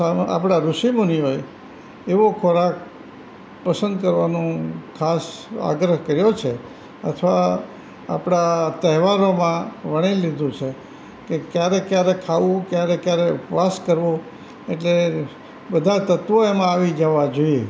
આપણા ઋષિમુનિઓએ એવો ખોરાક પસંદ કરવાનો ખાસ આગ્રહ કર્યો છે અથવા આપણા તહેવારોમાં વણી લીધું છે કે કયારે કયારે ખાવું કયારે કયારે ઉપવાસ કરવો એટલે બધા તત્વો એમાં આવી જવા જોઇએ